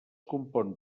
compon